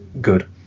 good